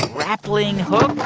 grappling hook